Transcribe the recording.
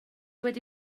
wedi